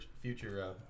future